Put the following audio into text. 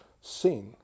seen